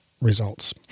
results